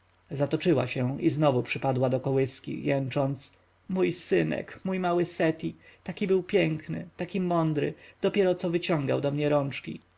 zatoczyła się i znowu przypadła do kołyski jęcząc mój synek mój mały seti taki był piękny taki mądry dopiero co wyciągał do mnie rączki